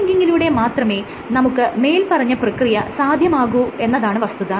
cross ലിങ്കിങിലൂടെ മാത്രമേ നമുക്ക് മേല്പറഞ്ഞ പ്രക്രിയ സാധ്യമാകൂ എന്നതാണ് വസ്തുത